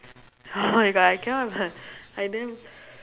oh my god I cannot lah I damn